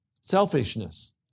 Selfishness